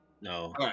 No